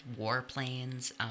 warplanes